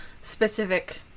specific